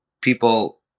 people